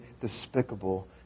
despicable